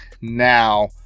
now